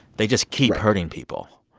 they just keep hurting people.